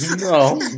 no